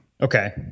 Okay